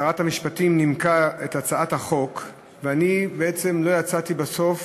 שרת המשפטים נימקה את הצעת החוק ובעצם בסוף